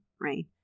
right